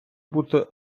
бути